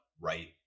right